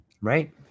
right